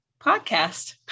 podcast